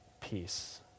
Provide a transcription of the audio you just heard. peace